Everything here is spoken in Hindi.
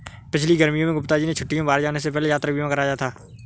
पिछली गर्मियों में गुप्ता जी ने छुट्टियों में बाहर जाने से पहले यात्रा बीमा कराया था